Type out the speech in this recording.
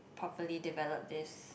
properly develop this